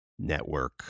network